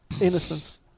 innocence